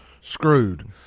Screwed